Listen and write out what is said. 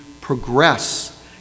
progress